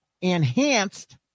enhanced